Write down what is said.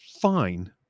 fine